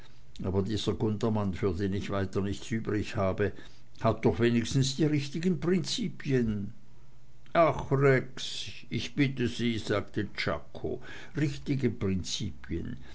aber dieser gundermann für den ich weiter nichts übrig habe hat doch wenigstens die richtigen prinzipien ach rex ich bitte sie sagte czako richtige prinzipien